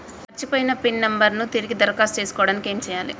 మర్చిపోయిన pin number ను తిరిగి దరఖాస్తు చేసుకోవడానికి ఏమి చేయాలే?